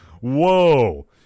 Whoa